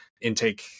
intake